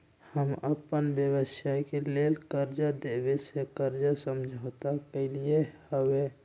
हम अप्पन व्यवसाय के लेल कर्जा देबे से कर्जा समझौता कलियइ हबे